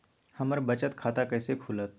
हमर बचत खाता कैसे खुलत?